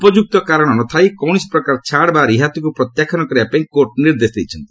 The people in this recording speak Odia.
ଉପଯ୍ରକ୍ତ କାରଣ ନଥାଇ କୌଣସି ପ୍ରକାର ଛାଡ଼ ବା ରିହାତିକ୍ ପ୍ରତ୍ୟାଖ୍ୟାନ କରିବା ପାଇଁ କୋର୍ଟ୍ ନିର୍ଦ୍ଦେଶ ଦେଇଛନ୍ତି